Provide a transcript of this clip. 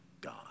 God